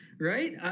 Right